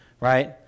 right